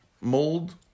mold